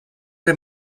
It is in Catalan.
que